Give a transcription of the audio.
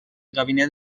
gabinet